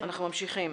אנחנו ממשיכים.